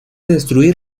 destruir